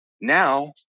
now